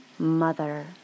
mother